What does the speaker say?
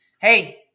Hey